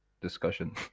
discussion